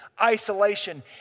isolation